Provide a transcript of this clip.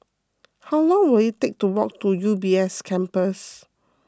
how long will it take to walk to U B S Campus